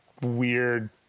weird